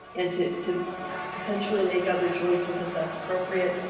and to to potentially make other choices, if that's appropriate.